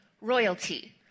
royalty